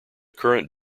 current